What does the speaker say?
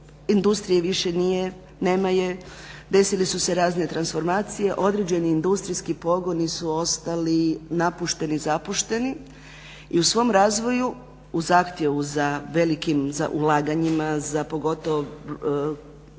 industrije više nema je. Desile su se razne transformacije, određeni industrijski pogoni su ostali napušteni, zapušteni i u svom razvoju u zahtjevu za ulaganjima, sad pogotovo